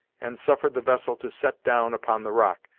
and suffered the vessel to set down upon the rock,